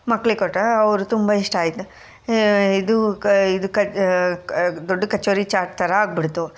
ಮಕ್ಳಿಗೆ ಕೊಟ್ಟಾಗ ಅವರು ತುಂಬ ಇಷ್ಟ ಆಯಿತು ಇದು ಕ ಇದ್ ಕ ದೊಡ್ಡ ಕಚೋರಿ ಚಾಟ್ ಥರ ಆಗಿಬಿಡ್ತು